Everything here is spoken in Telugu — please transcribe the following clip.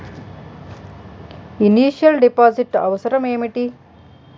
ఇనిషియల్ డిపాజిట్ అవసరం ఏమిటి?